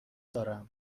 دارم